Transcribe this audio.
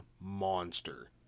monster